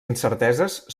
incerteses